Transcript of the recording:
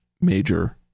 major